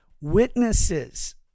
Witnesses